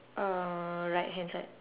uh right hand side